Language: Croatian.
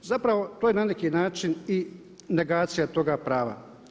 Zapravo to je na neki način i negacija toga prava.